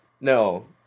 No